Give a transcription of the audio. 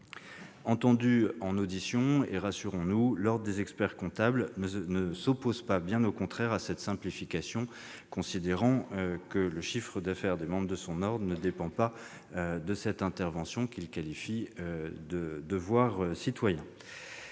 Entendu en audition, l'ordre des experts-comptables ne s'oppose pas- bien au contraire -à cette simplification, considérant que le chiffre d'affaires de ses membres ne dépend pas de cette intervention, qu'il qualifie de « devoir citoyen